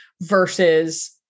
versus-